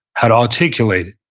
how to articulate